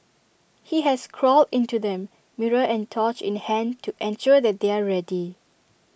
he has crawled into them mirror and torch in hand to ensure that they are ready